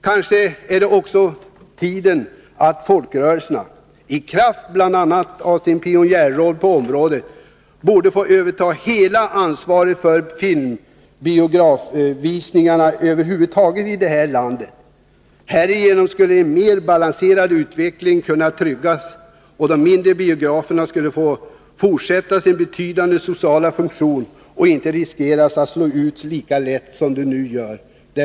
Kanske är det på tiden att folkrörelserna, i kraft av bl.a. sin pionjärroll på området, får överta hela ansvaret för biograffilmvisningen över huvud taget härilandet. Härigenom skulle en mera balanserad utveckling kunna tryggas. De mindre biograferna skulle då få fortsätta i sin betydande sociala funktion och inte riskera att slås ut lika lätt som nu.